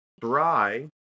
dry